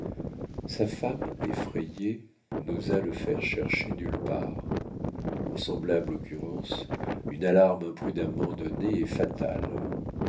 sa femme effrayée n'osa le faire chercher nulle part en semblable occurrence une alarme imprudemment donnée est fatale